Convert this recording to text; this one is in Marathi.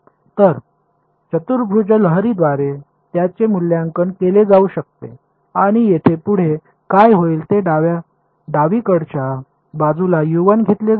तर चतुर्भुज लहरीद्वारे याचे मूल्यांकन केले जाऊ शकते आणि येथून पुढे काय होईल ते डावीकडच्या बाजूला घेतले जाईल